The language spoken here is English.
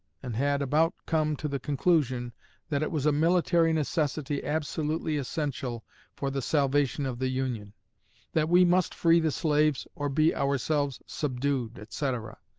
and had about come to the conclusion that it was a military necessity absolutely essential for the salvation of the union that we must free the slaves or be ourselves subdued, etc.